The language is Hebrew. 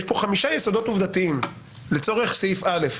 יש כאן חמישה יסודות עובדתיים לצורך סעיף (א).